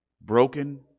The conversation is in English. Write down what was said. broken